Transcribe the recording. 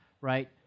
right